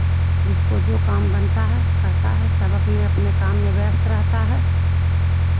जिसको जो काम बनता है करता है सब अपने अपने काम में व्यस्त रहता है